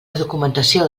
documentació